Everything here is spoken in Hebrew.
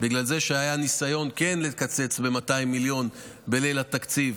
בגלל שכן היה ניסיון לקצץ ב-200 מיליון בליל התקציב,